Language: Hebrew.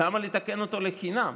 למה לתקן אותו לחינם?